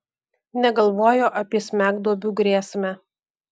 negalvojo apie smegduobių grėsmę